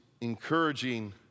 encouraging